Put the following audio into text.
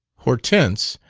hortense,